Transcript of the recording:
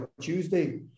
Tuesday